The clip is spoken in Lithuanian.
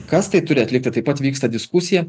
kas tai turi atlikti taip pat vyksta diskusija